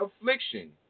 affliction